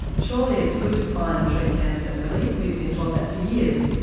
surely it's good to find and treat cancer early, we've been taught that for years.